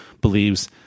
believes